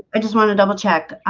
i just want to double-check